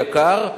יקר,